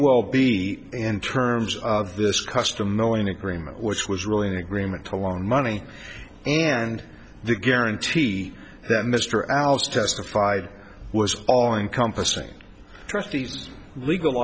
well be in terms of this custom knowing agreement which was really an agreement to loan money and the guarantee that mr alex testified was all encompassing trustees legal